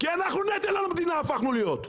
כי אנחנו נטל על המדינה הפכנו להיות.